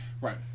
Right